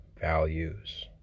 values